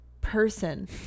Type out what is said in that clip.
person